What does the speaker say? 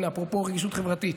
הינה, אפרופו רגישות חברתית,